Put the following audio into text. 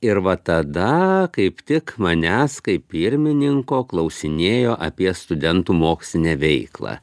ir va tada kaip tik manęs kaip pirmininko klausinėjo apie studentų mokslinę veiklą